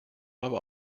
aber